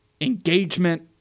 engagement